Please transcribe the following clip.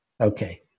Okay